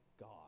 god